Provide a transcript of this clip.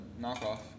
knockoff